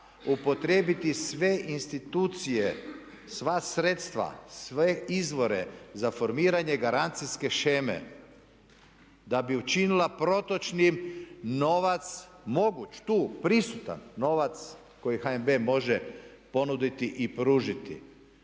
upotrijebiti sve institucije, sva sredstva, sve izvore za formiranje garancijske sheme da bi učinila protočnim novac, moguć, tu prisutan novac koji HNB može ponuditi i pružiti.